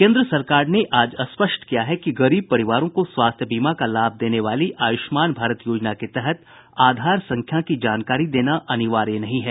केन्द्र सरकार ने आज स्पष्ट किया है कि गरीब परिवारों को स्वास्थ्य बीमा का लाभ देने वाली आयुष्मान भारत योजना के तहत आधार संख्या की जानकारी देना अनिवार्य नहीं है